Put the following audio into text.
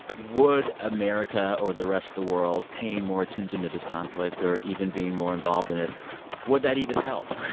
would america or the rest of the world paying more attention to this conflict or even being more involved in it would that even help?